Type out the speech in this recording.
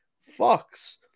Fox